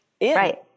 right